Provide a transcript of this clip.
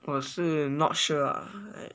我是 not sure ah